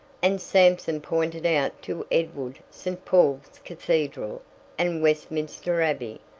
and sampson pointed out to edward st. paul's cathedral and westminster abbey,